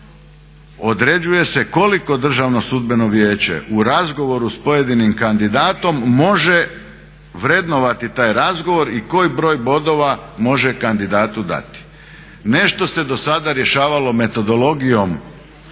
određuje se koliko Državno sudbeno vijeće u razgovoru s pojedinim kandidatom može vrednovati taj razgovor i koji broj bodova može kandidatu dati. Nešto se do sada rješavalo metodologijom